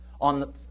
on